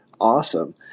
awesome